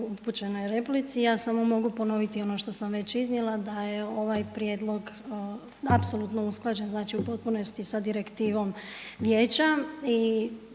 upućenoj replici. Ja samo mogu ponoviti ono što sam već iznijela da je ovaj prijedlog apsolutno usklađen znači u potpunosti sa direktivom Vijeća.